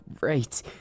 right